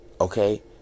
Okay